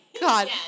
God